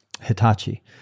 Hitachi